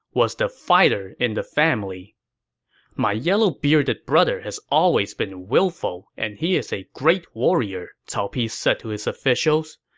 was the fighter in the family my yellow-bearded brother has always been willful, and he is a great warrior, cao pi said to his officials.